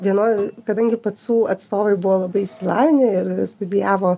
vienoj kadangi pacų atstovai buvo labai išsilavinę ir studijavo